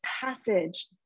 passage